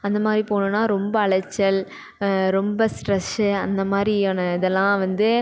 அந்தமாதிரி போனோம்னால் ரொம்ப அலைச்சல் ரொம்ப ஸ்ட்ரெஸ்ஸு அந்தமாதிரியான இதெல்லாம் வந்து